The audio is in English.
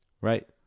right